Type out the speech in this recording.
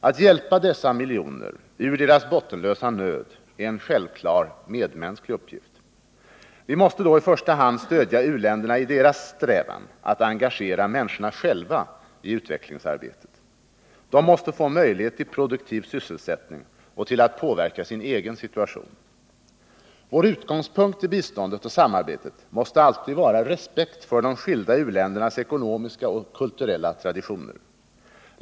Att hjälpa dessa miljoner ur deras bottenlösa nöd är en självklar medmänsklig uppgift. Vi måste då i första hand stödja u-länderna i deras strävan att engagera människorna själva i utvecklingsarbetet. De måste få möjlighet till produktiv sysselsättning och till att påverka sin egen situation. Vår utgångspunkt i biståndet och samarbetet måste alltid vara respekt för de skilda u-ländernas ekonomiska och kulturella traditioner.